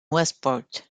westport